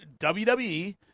WWE